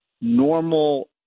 normal